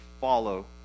follow